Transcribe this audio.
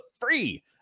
free